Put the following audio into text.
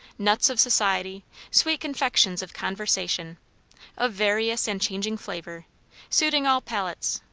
nuts of society sweet confections of conversation of various and changing flavour suiting all palates,